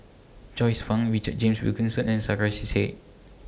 Joyce fan Richard James Wilkinson and Sarkasi Said